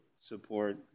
support